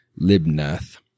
Libnath